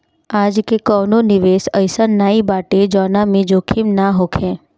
आजके कवनो निवेश अइसन नाइ बाटे जवना में जोखिम ना होखे